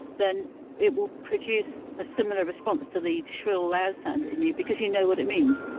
then it will produce a similar response to the shrill, loud sound, in you, because you know what it means